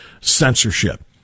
censorship